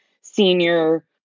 senior